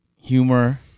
humor